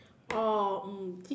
oh um